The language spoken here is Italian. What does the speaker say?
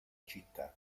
città